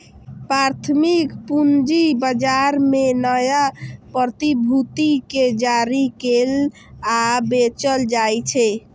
प्राथमिक पूंजी बाजार मे नया प्रतिभूति कें जारी कैल आ बेचल जाइ छै